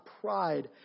pride